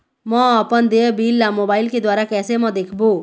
म अपन देय बिल ला मोबाइल के द्वारा कैसे म देखबो?